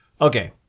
Okay